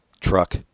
Truck